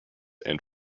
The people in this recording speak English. and